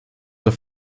auf